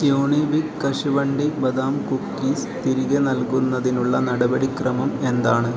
Unibic കശുവണ്ടി ബദാം cookies തിരികെ നൽകുന്നതിനുള്ള നടപടി ക്രമം എന്താണ്